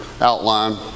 outline